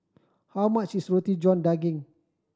how much is Roti John Daging